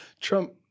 trump